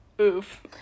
oof